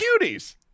Cuties